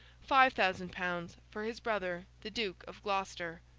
five thousand pounds for his brother the duke of gloucester.